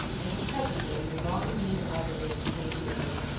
and were presently in the long lean artery of the king's road.